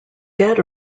dead